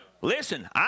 Listen